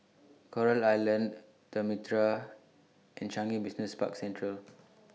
Coral Island The Mitraa and Changi Business Park Central